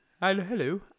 Hello